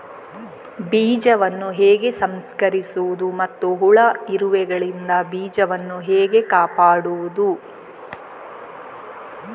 ಬೀಜವನ್ನು ಹೇಗೆ ಸಂಸ್ಕರಿಸುವುದು ಮತ್ತು ಹುಳ, ಇರುವೆಗಳಿಂದ ಬೀಜವನ್ನು ಹೇಗೆ ಕಾಪಾಡುವುದು?